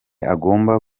agomba